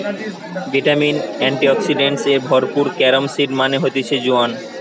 vitamin, antioxidants এ ভরপুর carom seed মানে হতিছে জোয়ান